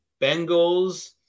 Bengals